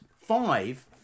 five